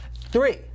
three